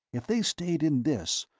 if they stayed in this,